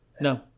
No